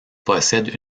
possède